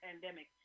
pandemic